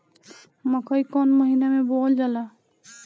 मकई कौन महीना मे बोअल जाला?